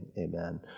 Amen